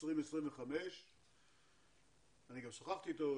2025. כששוחחתי איתו,